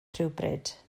rhywbryd